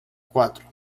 cuatro